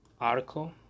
article